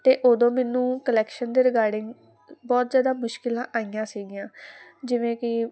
ਤੇ ਉਦੋਂ ਮੈਨੂੰ ਕਲੈਕਸ਼ਨ ਦੇ ਰਿਗਾਰਡਿੰਗ ਬਹੁਤ ਜਿਆਦਾ ਮੁਸ਼ਕਿਲਾਂ ਆਈਆਂ ਸੀਗੀਆਂ ਜਿਵੇਂ ਕਿ